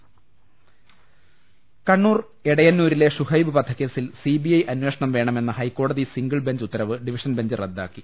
ൾ ൽ ൾ കണ്ണൂർ എടയന്നൂരിലെ ഷുഹൈബ് വധക്കേസിൽ സിബിഐ അന്വേഷണം വേണമെന്ന ഹൈക്കോടതി സിംഗിൾ ബെഞ്ച് ഉത്ത രവ് ഡിവിഷൻ ബെഞ്ച് റദ്ദാക്കി